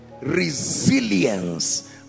resilience